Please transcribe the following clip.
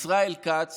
ישראל כץ